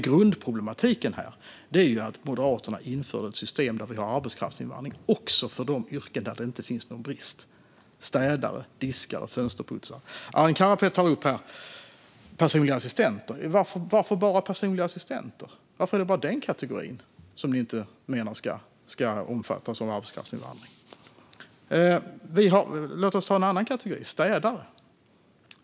Grundproblematiken är att Moderaterna införde ett system där vi har arbetskraftsinvandring också för de yrken där det inte finns någon brist, till exempel städare, diskare och fönsterputsare. Arin Karapet tar upp personliga assistenter, och då undrar jag: Varför är det bara den kategorin som ni menar inte ska omfattas av arbetskraftsinvandring? Låt oss tala om en annan kategori: städare.